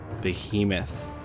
behemoth